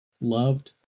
loved